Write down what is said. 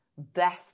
best